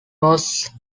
was